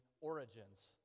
origins